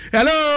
Hello